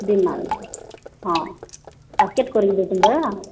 ଦୁଇ ମାଳ ଦେବେ ହଁ ପ୍ୟାକେଟ୍ କରିକି ଦେଉଛନ୍ତି ପରା